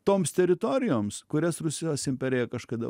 toms teritorijoms kurias rusijos imperija kažkada